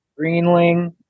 Greenling